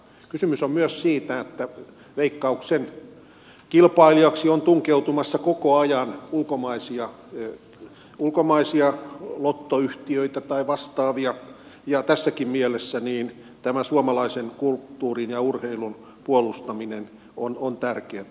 kysymys on myös siitä että veikkauksen kilpailijaksi on tunkeutumassa koko ajan ulkomaisia lottoyhtiöitä tai vastaavia ja tässäkin mielessä tämä suomalaisen kulttuurin ja urheilun puolustaminen on tärkeätä